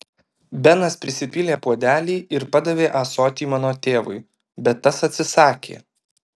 benas prisipylė puodelį ir padavė ąsotį mano tėvui bet tas atsisakė